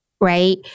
right